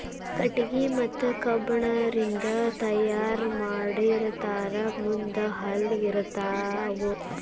ಕಟಗಿ ಮತ್ತ ಕಬ್ಬಣ ರಿಂದ ತಯಾರ ಮಾಡಿರತಾರ ಮುಂದ ಹಲ್ಲ ಇರತಾವ